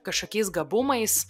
kažkokiais gabumais